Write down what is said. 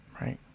Right